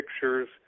pictures